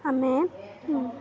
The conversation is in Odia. ଆମେ